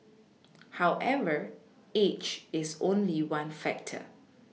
however age is only one factor